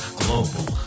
global